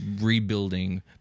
rebuilding